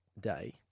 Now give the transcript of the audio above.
day